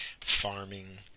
farming